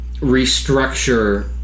restructure